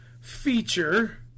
feature